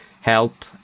help